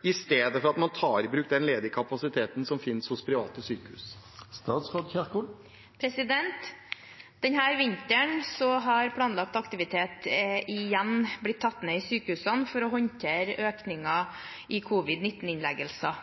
i stedet for at man tar i bruk den ledige kapasiteten som finnes hos private sykehus?» Denne vinteren har planlagt aktivitet igjen blitt tatt ned i sykehusene for å håndtere økningen i covid-19-innleggelser.